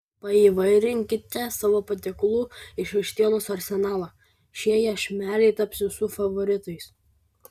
paįvairinkite savo patiekalų iš vištienos arsenalą šie iešmeliai taps visų favoritais